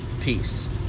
Peace